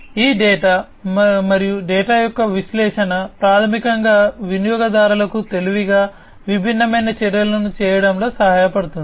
ఈ డేటా మరియు డేటా యొక్క విశ్లేషణ ప్రాథమికంగా వినియోగదారులకు తెలివిగా విభిన్నమైన చర్యలను చేయడంలో సహాయపడుతుంది